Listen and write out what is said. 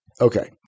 Okay